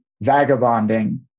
vagabonding